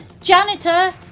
janitor